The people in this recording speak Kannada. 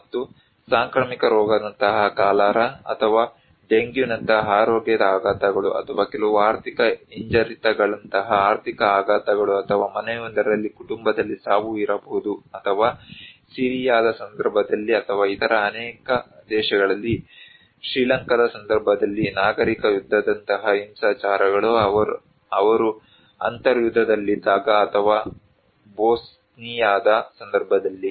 ಮತ್ತು ಸಾಂಕ್ರಾಮಿಕ ರೋಗದಂತಹ ಕಾಲರಾ ಅಥವಾ ಡೆಂಗ್ಯೂನಂತಹ ಆರೋಗ್ಯದ ಆಘಾತಗಳು ಅಥವಾ ಕೆಲವು ಆರ್ಥಿಕ ಹಿಂಜರಿತಗಳಂತಹ ಆರ್ಥಿಕ ಆಘಾತಗಳು ಅಥವಾ ಮನೆಯೊಂದರಲ್ಲಿ ಕುಟುಂಬದಲ್ಲಿ ಸಾವು ಇರಬಹುದು ಅಥವಾ ಸಿರಿಯಾದ ಸಂದರ್ಭದಲ್ಲಿ ಅಥವಾ ಇತರ ಅನೇಕ ದೇಶಗಳಲ್ಲಿ ಶ್ರೀಲಂಕಾದ ಸಂದರ್ಭದಲ್ಲಿ ನಾಗರಿಕ ಯುದ್ಧದಂತಹ ಹಿಂಸಾಚಾರಗಳು ಅವರು ಅಂತರ್ಯುದ್ಧದಲ್ಲಿದ್ದಾಗ ಅಥವಾ ಬೋಸ್ನಿಯಾದ ಸಂದರ್ಭದಲ್ಲಿ